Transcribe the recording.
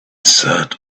sat